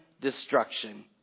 destruction